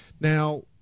now